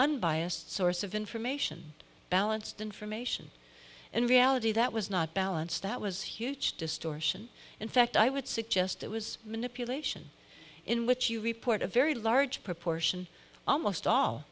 unbiased source of information balanced information and reality that was not balanced that was huge distortion in fact i would suggest it was manipulation in which you report a very large proportion almost all